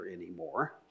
anymore